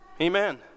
Amen